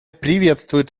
приветствуют